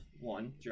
one